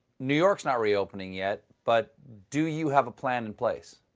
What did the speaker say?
new york's not reopening yet, but do you have a plan in place?